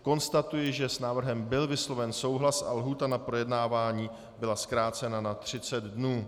Konstatuji, že s návrhem byl vysloven souhlas a lhůta na projednávání byla zkrácena na 30 dnů